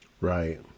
Right